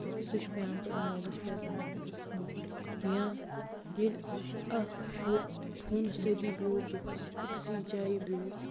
تہٕ سُہ چھُ پٮ۪وان پَتہٕ مٲلِس پٮ۪تراوُن یا ییٚلہِ اَکھ شُر فونَس سۭتی بیوٗٹھ دۄہَس أکۍسٕے جایہِ بیوٗٹھ